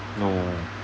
no